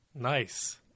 Nice